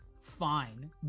fine